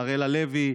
אראל הלוי,